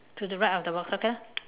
to the right of the box okay lah